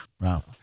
wow